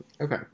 Okay